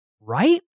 right